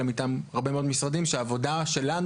אלא מטעם הרבה מאוד משרדים שהעבודה שלנו